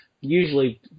usually